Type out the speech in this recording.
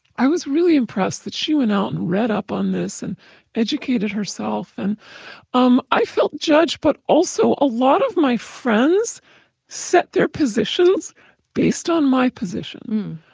i was really impressed that she went out and read up on this and educated herself. and um i felt judged, but also a lot of my friends set their positions based on my position.